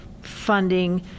funding